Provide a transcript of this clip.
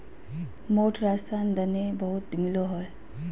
मोठ राजस्थान दने बहुत मिलो हय